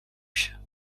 się